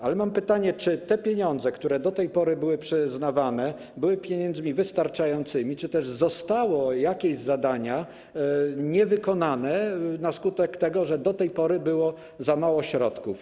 Mam jednak pytanie, czy pieniądze, które do tej pory były przyznawane, były pieniędzmi wystarczającymi, czy też zostały jakieś zadania niewykonane na skutek tego, że do tej pory było za mało środków.